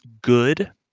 good